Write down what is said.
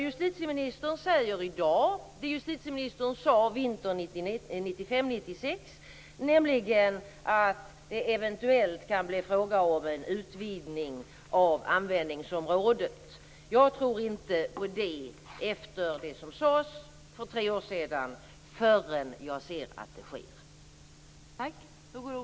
Justitieministern säger i dag det justitieministern sade vintern 1995/96, nämligen att det eventuellt kan bli fråga om en utvidgning av användningsområdet. Jag tror inte på det efter det som sades för tre år sedan förrän jag ser att det sker.